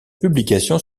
publications